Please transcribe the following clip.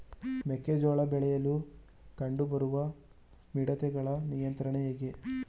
ಮೆಕ್ಕೆ ಜೋಳ ಬೆಳೆಯಲ್ಲಿ ಕಂಡು ಬರುವ ಮಿಡತೆಗಳ ನಿಯಂತ್ರಣ ಹೇಗೆ?